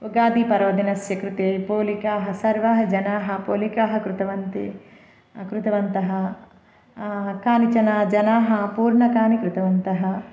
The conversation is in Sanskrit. उगादिपर्वदिनस्य कृते पोलिकाः सर्वाः जनाः पोलिकाः कृतवन्तः कृतवन्तः केचन जनाः पूर्णकानि कृतवन्तः